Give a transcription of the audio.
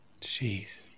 Jeez